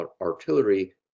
artillery